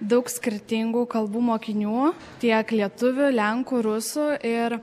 daug skirtingų kalbų mokinių tiek lietuvių lenkų rusų ir